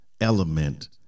element